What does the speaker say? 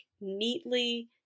neatly